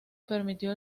permitió